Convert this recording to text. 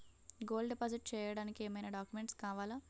Gold deposit చేయడానికి ఏమైనా documents కావాలా?